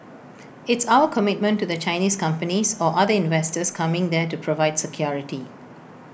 it's our commitment to the Chinese companies or other investors coming there to provide security